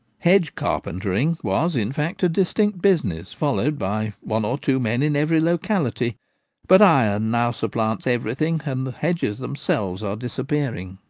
hedge-carpentering was, in fact, a distinct business, followed by one or two men in every locality but iron now supplants everything, and the hedges them selves are disappearing.